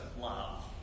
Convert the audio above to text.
love